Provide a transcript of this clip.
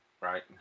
right